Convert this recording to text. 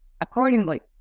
accordingly